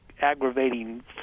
aggravating